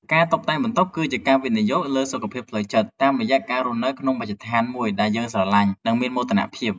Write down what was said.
ការតុបតែងបន្ទប់គឺជាការវិនិយោគលើសុខភាពផ្លូវចិត្ត តាមរយៈការរស់នៅក្នុងមជ្ឈដ្ឋានមួយដែលយើងស្រឡាញ់ និងមានមោទនភាព។